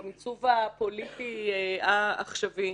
במיצוב הפוליטי העכשווי,